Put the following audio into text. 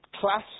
Class